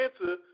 answer